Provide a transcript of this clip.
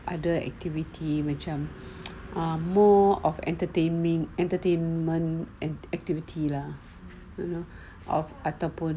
other activity macam ah more of entertainment entertainment and activity lah you know of ataupun